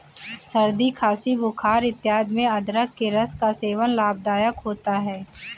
सर्दी खांसी बुखार इत्यादि में अदरक के रस का सेवन लाभदायक होता है